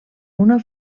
una